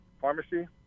pharmacy